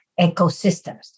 ecosystems